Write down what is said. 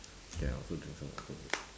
K I also drink some water first